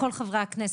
כל חברי הכנסת,